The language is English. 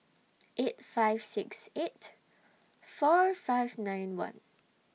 eight five six eight four five nine one